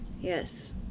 Yes